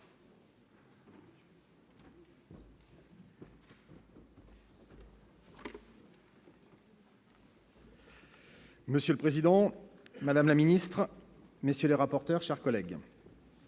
Monsieur le Président, Madame la Ministre, Monsieur le rapporteur, mes chers collègues,